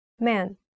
Man